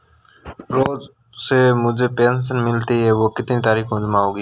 रोज़ से जो मुझे पेंशन मिलती है वह कितनी तारीख को जमा होगी?